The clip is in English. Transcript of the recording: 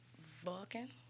Vulcan